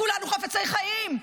כולנו חפצי חיים,